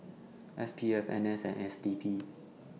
S P F N S and S D P